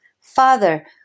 Father